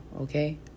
okay